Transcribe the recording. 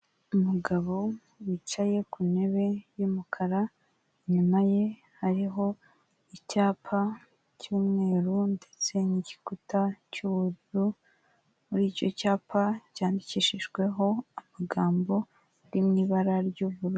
Umugabo wicaye ku ntebe y'umukara, inyuma ye hariho icyapa cy'umweru ndetse n'igikuta cy'ubururu, muri icyo cyapa cyandikishijweho amagambo ari mu ibara ry'ubururu.